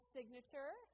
Signature